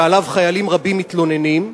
שחיילים רבים מתלוננים עליו.